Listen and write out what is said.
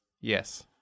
Yes